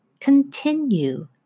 Continue